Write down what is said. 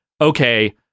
okay